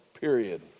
period